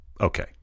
okay